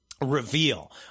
reveal